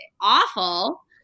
awful